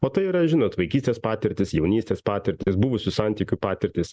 o tai yra žinot vaikystės patirtys jaunystės patirtys buvusių santykių patirtys